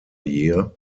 year